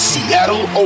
Seattle